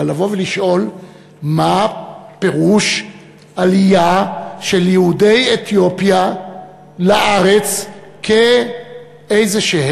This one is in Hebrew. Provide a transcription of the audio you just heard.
אלא לבוא ולשאול מה פירוש עלייה של יהודי אתיופיה לארץ כאיזשהם